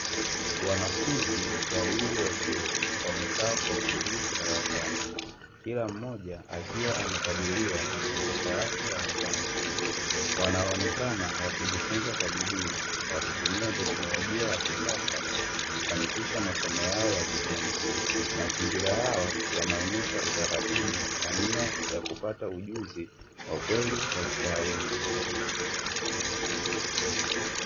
Wanafunzi wawili wa chuo wamekaa kwa utulivu darasani. Kila mmoja akiwa amekabiliwa na kompyuta yake ya mezani. Wanaonekana wakijifunza kwa bidii, wakitumia teknolojia ya kisasa kufanikisha masomo yao ya vitendo. Mazingira yao yanaonyesha utaratibu na nia ya kupata ujuzi wa kweli wa kitaaluma.